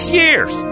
years